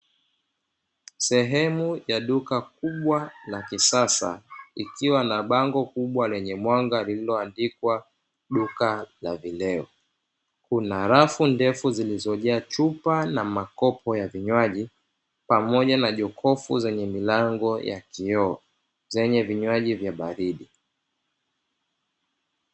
Sehemu ya duka kubwa la kisasa likiwa na bango kubwa lenye mwanga lililoandikwa " Duka la vileo", kuna rafu ndefu zilizojaa chupa na makopo ya vinywaji pamoja na jokofu zenye milango ya kioo zenye vinywaji vya baridi.